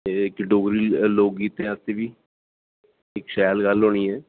एह् डोगरी लोक गीतें आस्तै बी इक शैल गल्ल होनी ऐ